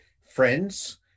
friends